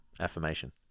Affirmation